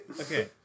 Okay